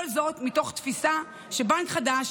כל זאת מתוך תפיסה שבנק חדש,